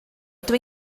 ydw